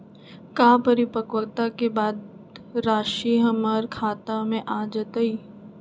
का परिपक्वता के बाद राशि हमर खाता में आ जतई?